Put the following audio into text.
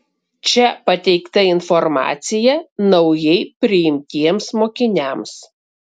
čia pateikta informacija naujai priimtiems mokiniams